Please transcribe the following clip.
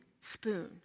spoon